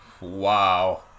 Wow